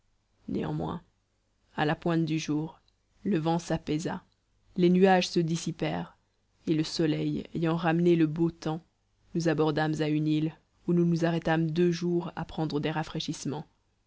néanmoins à la pointe du jour le vent s'apaisa les nuages se dissipèrent et le soleil ayant ramené le beau temps nous abordâmes à une île où nous nous arrêtâmes deux jours à prendre des rafraîchissements